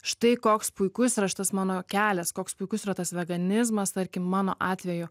štai koks puikus yra šitas mano kelias koks puikus yra tas veganizmas tarkim mano atveju